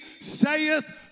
saith